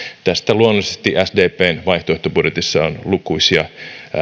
tästä luonnollisesti sdpn vaihtoehtobudjetissa on lukuisia